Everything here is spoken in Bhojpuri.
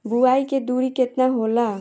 बुआई के दुरी केतना होला?